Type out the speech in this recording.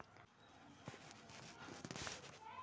నేను నా అసలు బాలన్స్ ని ఉపసంహరించుకోవచ్చా?